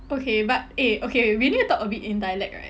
okay but eh okay we need to talk a bit in dialect right